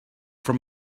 from